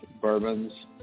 bourbons